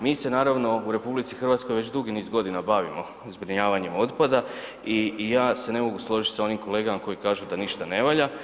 Mi se naravno u RH već dugi niz godina bavimo zbrinjavanjem otpada i ja se ne mogu složiti s onim kolegama koji kažu da ništa ne valja.